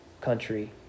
country